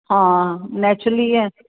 ਹਾਂ ਨੈਚੁਰਲੀ ਹੈ